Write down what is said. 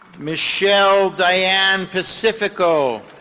michelle diane pacifico.